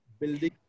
building